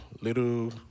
little